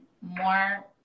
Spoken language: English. more